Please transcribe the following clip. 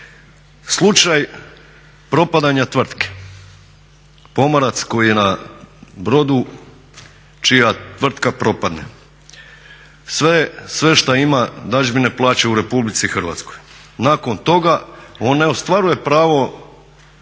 Slučaj propadanja tvrtke Pomorac koji je na brodu čija tvrtka propadne. Sve što ima dadžbine plaćaju Republici Hrvatskoj. Nakon toga on ne ostvaruje pravo